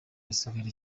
hasigara